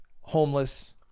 homeless